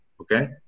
Okay